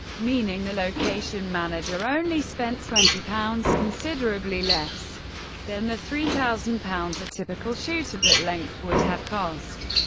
meaning the location manager only spent twenty pounds, considerably less than the three thousand pounds a typical shoot of that length would have cost.